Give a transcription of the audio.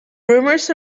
rumors